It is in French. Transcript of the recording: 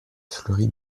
fleury